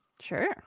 sure